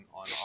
on